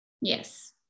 Yes